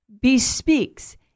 bespeaks